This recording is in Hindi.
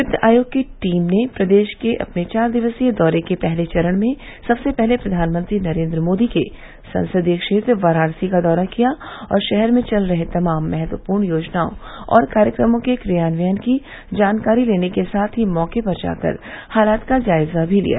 वित्त आयोग की टीम ने प्रदेश के अपने चार दिवसीय दौरे के पहले चरण में सबसे पहले प्रधानमंत्री नरेन्द्र मोदी के संसदीय क्षेत्र वाराणसी का दौरा किया और शहर में चल रहे तमाम महत्वपूर्ण योजनाओं और कार्यक्रमों के क्रियान्वयन की जानकारी लेने के साथ ही मौके पर जाकर हालात का जायजा भी लिया